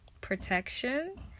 protection